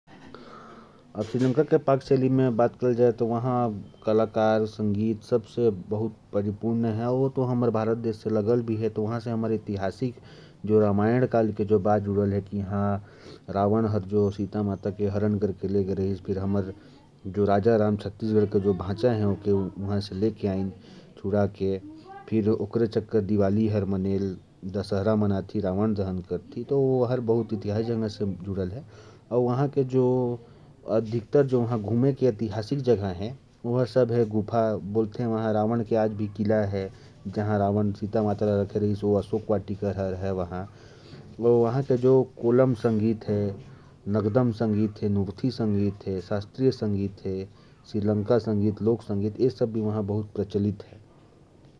श्रीलंका की बात करें तो, वहां की कलाकारी और कला बहुत ही पारीपूर्ण है। और क्योंकि यह भारत देश से लगा हुआ है इसका ऐतिहासिक तालमेल भी है। जैसे रावण ने सीता माता का हरण किया था, फिर भारत के छत्तीसगढ़ के राजा राम ने उन्हें छुड़ाकर ले आए। यही कारण है कि दिवाली मनाई जाती है। यहां रावण की भी गुफाएं हैं, और भी बहुत सारे पर्यटन स्थल हैं।